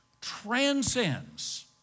transcends